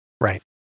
Right